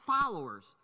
followers